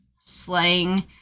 slang